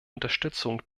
unterstützung